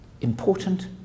important